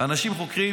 אנשים חוקרים,